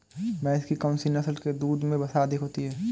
भैंस की कौनसी नस्ल के दूध में वसा अधिक होती है?